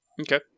Okay